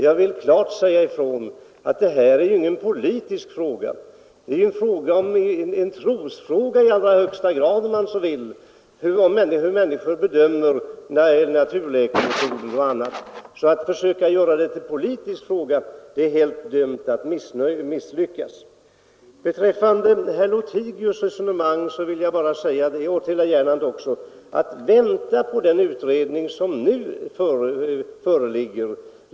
Jag vill klart säga ifrån att det här inte är någon politisk fråga; det är en trosfråga i allra högsta grad, hur människor bedömer naturläkemetoder och liknande. Att försöka göra den till en politisk fråga är dömt att helt misslyckas. Jag vill be herr Lothigius, och även herr Gernandt, vänta på den utredning som pågår.